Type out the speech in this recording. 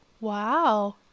Wow